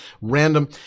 random